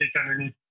underneath